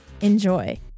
Enjoy